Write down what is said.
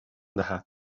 دهد